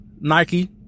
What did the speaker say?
Nike